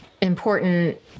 important